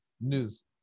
news